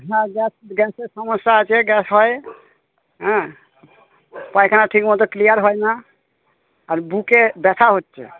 হ্যাঁ গ্যাস গ্যাসের সমস্যা আছে গ্যাস হয় হ্যাঁ পায়খানা ঠিক মতো ক্লিয়ার হয়না আর বুকে ব্যথা হচ্ছে